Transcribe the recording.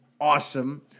Awesome